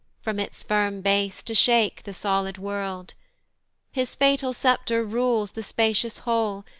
from its firm base to shake the solid world his fatal sceptre rules the spacious whole,